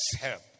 help